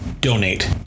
donate